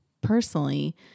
personally